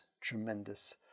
tremendous